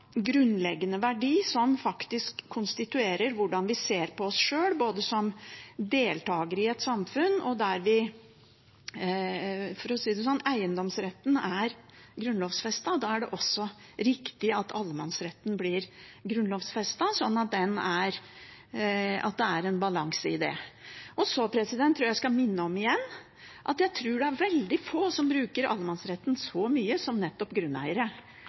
grunnleggende verdi, som konstituerer hvordan vi ser på oss sjøl som deltakere i et samfunn, og der eiendomsretten er grunnlovfestet, er det riktig at også allemannsretten blir grunnlovfestet, sånn at det er en balanse i det. Jeg vil igjen minne om at jeg tror det er veldig få som bruker allemannsretten så mye som nettopp grunneiere.